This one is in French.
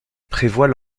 prévoit